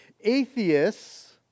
atheists